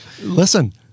Listen